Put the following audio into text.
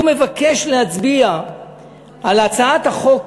הוא מבקש להצביע על הצעת החוק